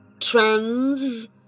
trans